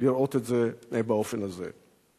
לראות את זה באופן הזה.